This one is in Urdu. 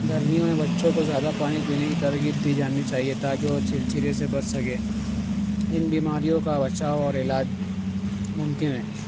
گرمیوں میں بچوں کو زیادہ پانی پینے کی ترغیب دی جانی چاہیے تا کہ وہ چرچرے سے بچ سکے ان بیماریوں کا بچاؤ اور علاج ممکن ہے